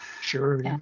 Sure